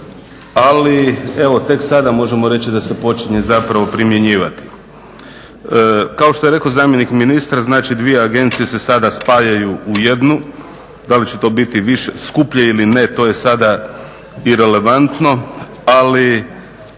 ali evo tek sada možemo reći da se počinje zapravo primjenjivati. Kao što je rekao zamjenik ministra znači dvije agencije se sada spajaju u jednu. Da li će to biti skuplje ili ne to je sada irelevantno, ali